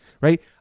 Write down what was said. right